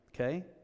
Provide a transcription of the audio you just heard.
okay